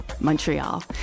Montreal